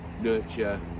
nurture